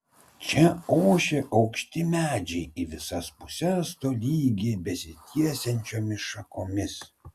čia ošė aukšti medžiai į visas puses tolygiai besitiesiančiomis šakomis